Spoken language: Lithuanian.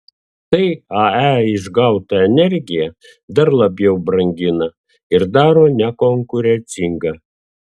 tai ae išgautą energiją dar labiau brangina ir daro nekonkurencingą